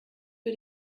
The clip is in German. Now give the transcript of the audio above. für